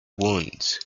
wounds